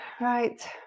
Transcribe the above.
right